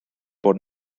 bod